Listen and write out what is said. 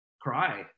cry